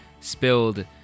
spilled